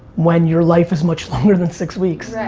when your life is much longer than six weeks.